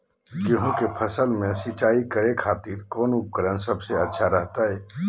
गेहूं के फसल में सिंचाई करे खातिर कौन उपकरण सबसे अच्छा रहतय?